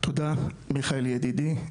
תודה מיכאל ידידי.